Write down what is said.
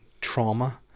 trauma